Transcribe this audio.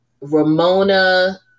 Ramona